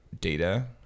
data